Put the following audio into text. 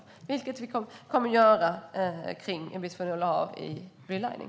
Det kommer vi också att göra när det gäller bisfenol A i relining.